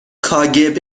کاگب